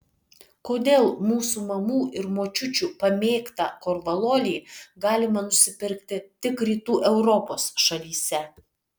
kodėl mūsų mamų ir močiučių pamėgtą korvalolį galima nusipirkti tik rytų europos šalyse